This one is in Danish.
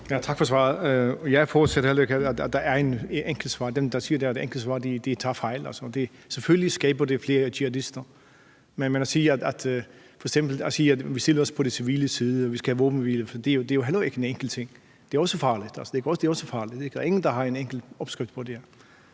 Jeg forudsætter heller ikke, at der er et enkelt svar. Dem, der siger, der er et enkelt svar, tager fejl. Selvfølgelig skaber det flere jihadister, men f.eks. at sige, at man stiller sig på de civiles side, og at vi skal have en våbenhvile osv., er heller ikke en enkel ting. Det er også farligt. Der er ingen, der har en enkel opskrift på det her.